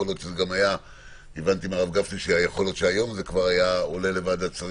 יכול להיות שהיום זה כבר היה עולה לדיון.